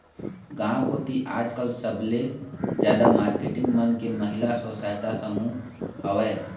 गांव कोती आजकल सबले जादा मारकेटिंग मन के महिला स्व सहायता समूह हवय